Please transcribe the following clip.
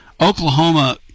Oklahoma